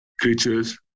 creatures